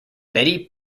betty